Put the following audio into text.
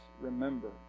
remember